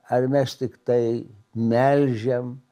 ar mes tiktai melžiam